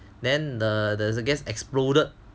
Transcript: then the the gas exploded